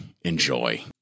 enjoy